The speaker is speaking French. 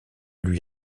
lui